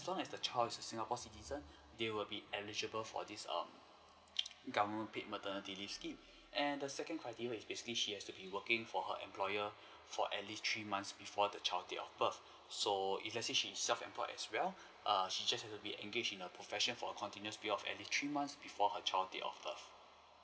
as long as the child is singapore citizen they would be eligible for this um government paid maternity leave scheme and the second criteria is basically she has to be working for her employer for at least three months before the child date of birth so if let's say she's self employed as well err she just has to be engaged in her profession for a continuous period of three months before her child date of birth